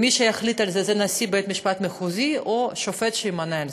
מי שיחליט על זה הוא נשיא בית-משפט מחוזי או שופט שימונה לזה.